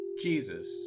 Jesus